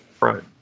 Right